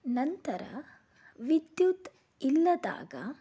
ನಂತರ ವಿದ್ಯುತ್ ಇಲ್ಲದಾಗ